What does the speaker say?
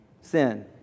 sin